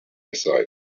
aside